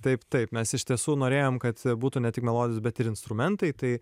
taip taip mes iš tiesų norėjom kad būtų ne tik melodijos bet ir instrumentai tai